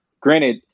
Granted